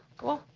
cool.